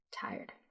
Tired